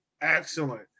excellent